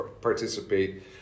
participate